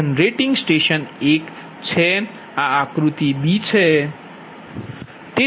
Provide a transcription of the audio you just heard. તેથી generating station 1 છે આ આકૃતિ b છે